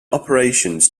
operations